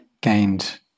gained